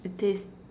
it tastes